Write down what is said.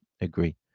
agree